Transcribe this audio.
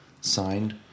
Signed